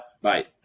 Bye